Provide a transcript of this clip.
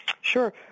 Sure